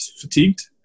fatigued